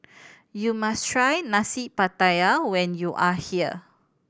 you must try Nasi Pattaya when you are here